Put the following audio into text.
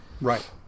right